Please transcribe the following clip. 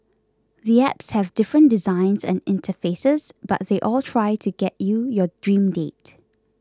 the apps have different designs and interfaces but they all try to get you your dream date